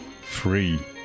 free